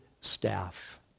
staff